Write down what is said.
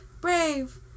brave